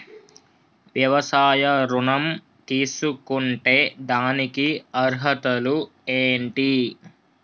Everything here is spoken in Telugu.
వ్యవసాయ ఋణం తీసుకుంటే దానికి అర్హతలు ఏంటి?